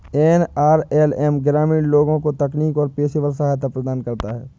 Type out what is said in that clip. NRLM ग्रामीण लोगों को तकनीकी और पेशेवर सहायता प्रदान करता है